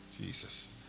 Jesus